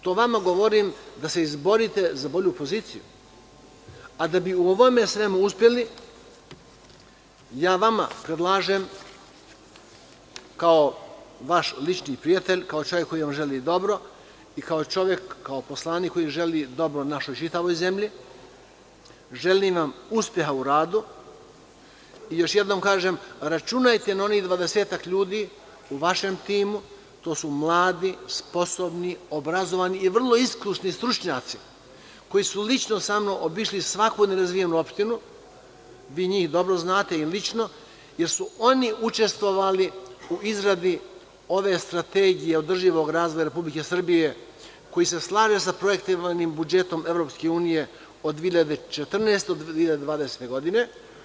To vama govorim da se izborite za bolju poziciju, a da bi u svemu ovome uspeli, ja vama predlažem kao vaš lični prijate, kao čovek koji vam želi dobro i kao poslanik kojiželi dobro našoj čitavoj zemlji, želim vam uspeha u radu i još jednom kažem, računajte na onih dvadesetak ljudi u vašem timu, to su mladi, sposobni, obrazovani i vrlo iskusni stručnjaci koji su lično samnom obišli svaku nerazvijenu opštinu, vi njih dobro znate i lično, jer su oni učestvovali u izradi ove strategije održivog razvoja Republike Srbije, koji se slaže sa projektovanim budžetom EU od 2014. do 2020. godine.